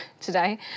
today